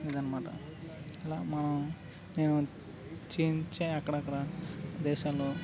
ఇదన్నమాట ఇలా మనం నేను చేంచే అక్కడక్కడ దేశాల్లో